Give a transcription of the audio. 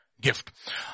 gift